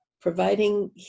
providing